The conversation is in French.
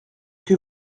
que